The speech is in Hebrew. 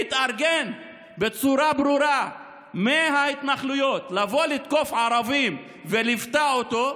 מההתנחלויות שהתארגן בצורה ברורה לבוא לתקוף ערבים וליוותה אותו,